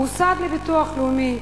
המוסד לביטוח לאומי,